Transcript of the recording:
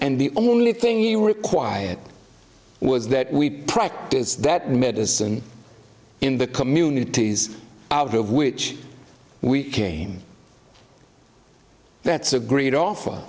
and the only thing you were quiet was that we practice that medicine in the communities of of which we came that's a great offer